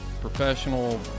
professional